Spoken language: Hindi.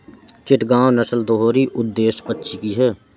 चिटगांव नस्ल दोहरी उद्देश्य पक्षी की है